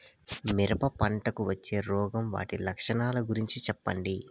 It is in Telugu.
మిరప పంటకు వచ్చే రోగం వాటి లక్షణాలు గురించి చెప్పండి?